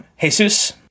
Jesus